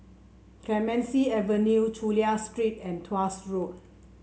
Clemenceau Avenue Chulia Street and Tuas Road